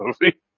movie